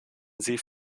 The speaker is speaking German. sie